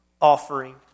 offering